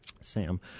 Sam